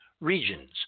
regions